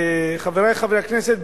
חברי חברי הכנסת,